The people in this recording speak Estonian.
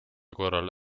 korral